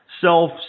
self